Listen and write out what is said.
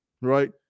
Right